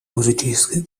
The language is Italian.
musicisti